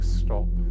stop